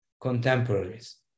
contemporaries